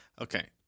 Okay